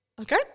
Okay